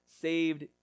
saved